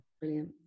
Brilliant